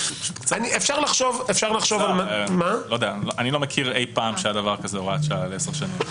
אני לא מכיר אי פעם שהיה דבר כזה הוראת שעה עשר שנים.